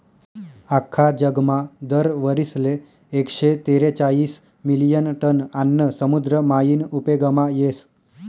आख्खा जगमा दर वरीसले एकशे तेरेचायीस मिलियन टन आन्न समुद्र मायीन उपेगमा येस